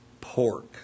pork